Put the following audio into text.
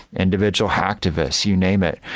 individual hacktivist, you name it.